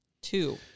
Two